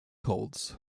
holds